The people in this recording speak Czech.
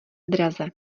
draze